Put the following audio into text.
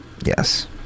Yes